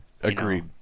Agreed